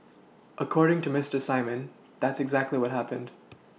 according to Mister Simon that's exactly what happened